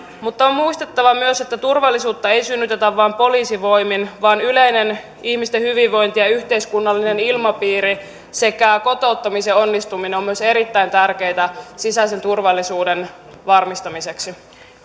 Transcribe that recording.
mutta on muistettava myös että turvallisuutta ei synnytetä vain poliisivoimin vaan yleinen ihmisten hyvinvointi ja yhteiskunnallinen ilmapiiri sekä kotouttamisen onnistuminen ovat myös erittäin tärkeitä sisäisen turvallisuuden varmistamiseksi